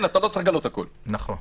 אנחנו לא מתווכחים על זה, רוצים להתקדם.